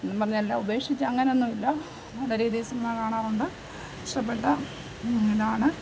എന്നും പറഞ്ഞ് എല്ലാം ഉപേക്ഷിച്ച് അങ്ങനെയൊന്നുമില്ല നല്ല രീതിയിൽ സിനിമ കാണാറുണ്ട് ഇഷ്ടപ്പെട്ട ഇതാണ്